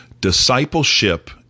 Discipleship